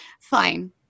fine